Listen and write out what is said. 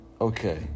Okay